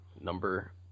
number